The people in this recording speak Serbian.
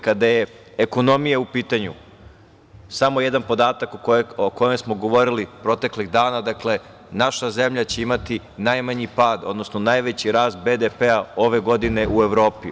Kada je ekonomija u pitanju, samo jedan podatak o kome smo govorili proteklih dana, dakle, naša zemlja će imati najmanji pad, odnosno najveći rast BDP ove godine u Evropi.